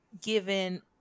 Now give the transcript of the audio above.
given